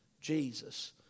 Jesus